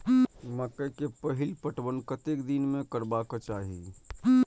मकेय के पहिल पटवन कतेक दिन में करबाक चाही?